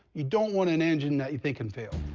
you don't want an engine that you think can fail.